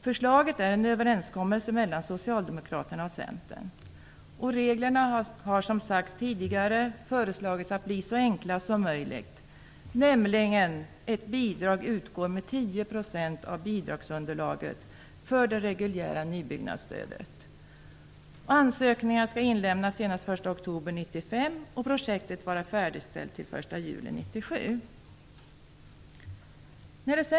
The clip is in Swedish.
Förslaget är en överenskommelse mellan Socialdemokraterna och Centern. Som sagts tidigare föreslås reglerna för stödet bli så enkla som möjligt, nämligen att bidrag skall utgå med 10 % av bidragsunderlaget för det reguljära nybyggnadsstödet. Ansökningar skall inlämnas senast den 1 oktober 1995 och projektet vara färdigställt till den 1 juli 1997.